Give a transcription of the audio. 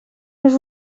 nos